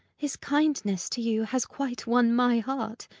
his kindness to you has quite won my heart,